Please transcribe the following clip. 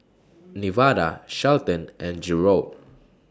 Nevada Shelton and Jerod